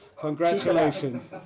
congratulations